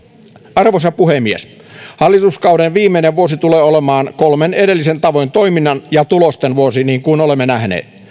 arvoisa puhemies hallituskauden viimeinen vuosi tulee olemaan kolmen edellisen tavoin toiminnan ja tulosten vuosi niin kuin olemme nähneet